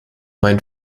mein